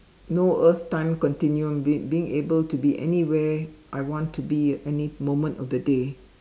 no earth time continuing being being able to be anywhere I want to be at any moment of the day